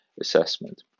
assessment